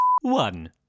one